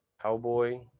Cowboy